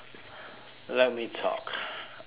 let me talk uh